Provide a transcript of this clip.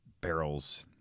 barrels